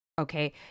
okay